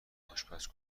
آشپز